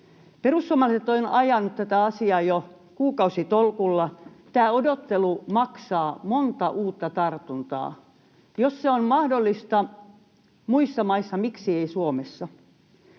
Perussuomalaiset ovat ajaneet tätä asiaa jo kuukausitolkulla. Tämä odottelu maksaa monta uutta tartuntaa. Jos se on mahdollista muissa maissa, miksi ei Suomessa?